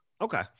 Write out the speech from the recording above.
Okay